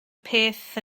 peth